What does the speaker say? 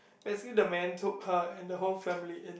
actually the man took her and the whole family in